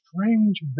strange